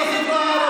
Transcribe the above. אבל אני שרה תורנית.